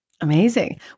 amazing